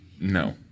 No